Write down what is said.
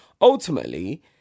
ultimately